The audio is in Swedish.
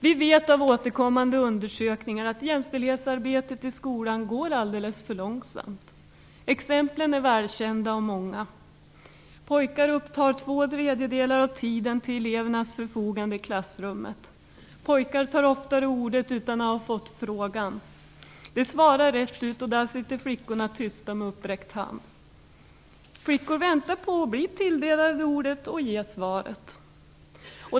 Vi vet av återkommande undersökningar att jämställdhetsarbetet i skolan går alldeles för långsamt. Exemplen är välkända och många. Pojkar upptar två tredjedelar av tiden till elevernas förfogande i klassrummet. Pojkar tar oftare ordet utan att ha fått frågan. De svarar rätt ut, medan flickorna sitter tysta med uppräckt hand. Flickor väntar på att bli tilldelade ordet för att ge svaret.